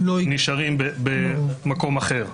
נשארים במקום אחר.